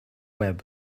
web